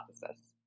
hypothesis